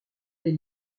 les